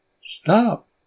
stop